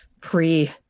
pre